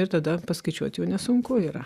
ir tada paskaičiuot jau nesunku yra